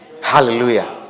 Hallelujah